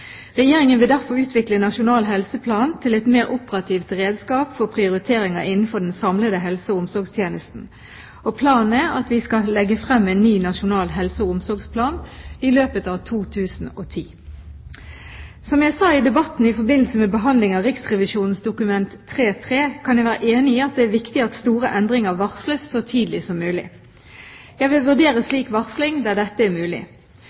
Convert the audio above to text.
Regjeringen vil derfor utvikle Nasjonal helseplan til et mer operativt redskap for prioriteringer innenfor den samlede helse- og omsorgstjenesten. Planen er at vi skal legge frem en ny nasjonal helse- og omsorgsplan i løpet av 2010. Som jeg i debatten i forbindelse med behandlingen av Riksrevisjonens Dokument nr. 3:3 for 2009–2010, kan jeg være enig i at det er viktig at store endringer varsles så tidlig som mulig. Jeg vil vurdere slik varsling der dette er mulig.